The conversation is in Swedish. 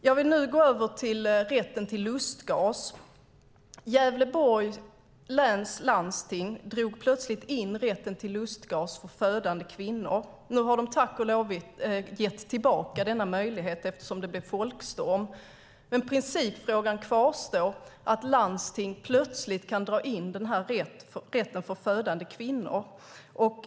Jag vill nu gå över till rätten till lustgas. Gävleborgs läns landsting drog plötsligt in rätten till lustgas för födande kvinnor. Nu har de tack och lov gett tillbaka denna möjlighet eftersom det blev folkstorm. Men principfrågan kvarstår att landsting plötsligt kan dra in den här rätten för födande kvinnor.